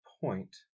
point